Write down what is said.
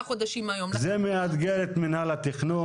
חודשים מהיום --- זה מאתגר את מינהל התכנון,